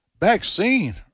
vaccine